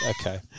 okay